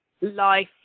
life